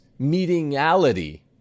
meetingality